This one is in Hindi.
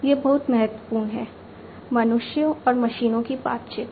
यह बहुत महत्वपूर्ण है मनुष्यों और मशीनों की बातचीत